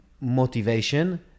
motivation